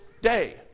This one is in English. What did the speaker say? day